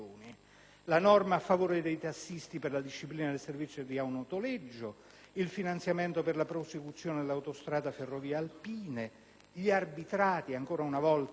la norma a favore dei tassisti per la disciplina del servizio di autonoleggio, il finanziamento per la prosecuzione dell'autostrada ferrovie alpine, gli arbitrati (ancora una volta